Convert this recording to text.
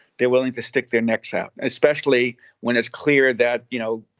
they're willing to stick their necks out, especially when it's clear that, you know,